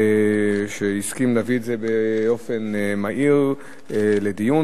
שהסכים להביא את זה באופן מהיר לדיון.